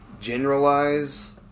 generalize